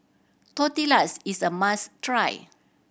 tortillas is a must try